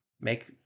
make